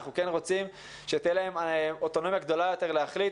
אנחנו כן רוצים שתהיה להם אוטונומיה גדולה יותר להחליט.